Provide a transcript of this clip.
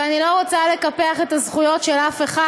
ואני לא רוצה לקפח את הזכויות של אף אחד,